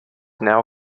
now